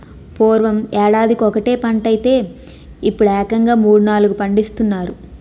పూర్వం యేడాదికొకటే పంటైతే యిప్పుడేకంగా మూడూ, నాలుగూ పండిస్తున్నారు